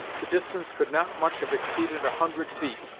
the distance could not much have exceeded a hundred feet,